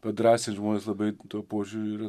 padrąsinti žmones labai tuo požiūriu